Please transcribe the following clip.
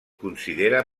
considera